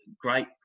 great